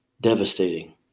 devastating